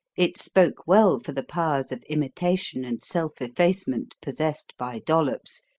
it spoke well for the powers of imitation and self-effacement possessed by dollops,